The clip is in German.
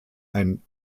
ein